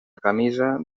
camisa